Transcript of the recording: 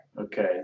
Okay